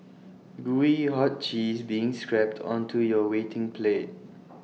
Gooey hot cheese being scrapped onto your waiting plate